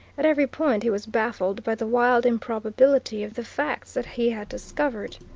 at every point he was baffled by the wild improbability of the facts that he had discovered.